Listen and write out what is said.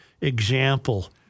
example